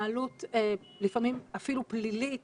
התנהלות לפעמים אפילו פלילית